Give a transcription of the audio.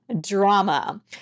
drama